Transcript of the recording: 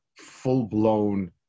full-blown